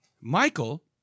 Michael